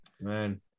Man